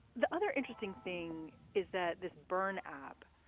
the other interesting thing is that this burn ab,